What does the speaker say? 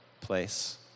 place